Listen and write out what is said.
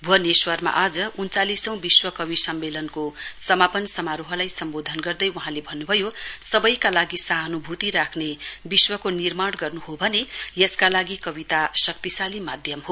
भुवनेश्वरमा आज उन्चालिसौं विश्व कवि सम्मेलनको समापन समारोहलाई सम्वोधन गर्दै वहाँले भन्नुभयो सवैका लागि सहानुभूति रहने विश्वको निर्माण गर्नु हो भने यसका लागि कविता शक्तिशाली माध्यम हो